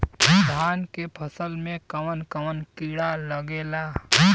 धान के फसल मे कवन कवन कीड़ा लागेला?